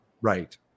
Right